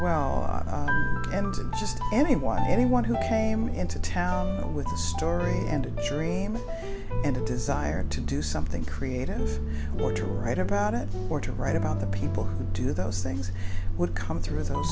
why anyone who came into town with a story and a dream and a desire to do something creative or to write about it or to write about the people who do those things would come through those